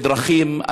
בדרכים,